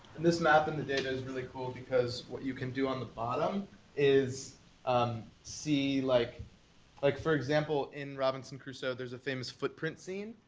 this map and the data is really cool because what you can do on the bottom is um see, like like for example, in robinson crusoe, there's a famous footprint scene.